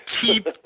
keep